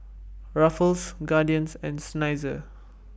Ruffles Guardian and Seinheiser